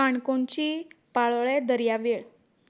काणकोणची पाळोळें दर्यावेळ